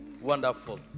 wonderful